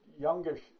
youngish